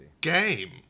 game